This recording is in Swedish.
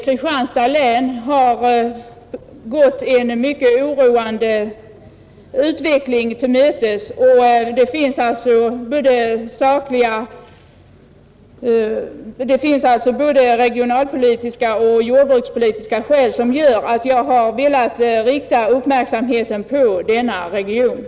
Kristianstads län har gått en mycket ororande utveckling till mötes. Det finns, som jag tidigare sagt, både regionalpolitiska och jordbrukspolitiska skäl till att jag har velat rikta uppmärksamheten på denna region.